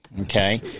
Okay